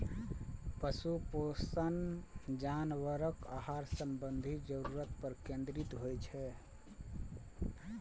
पशु पोषण जानवरक आहार संबंधी जरूरत पर केंद्रित होइ छै